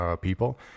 people